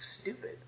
stupid